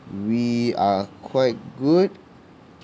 we are quite good